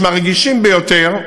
מהרגישים ביותר.